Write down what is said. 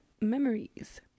memories